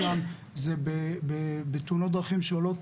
זה בתאונות דרכים שעולות,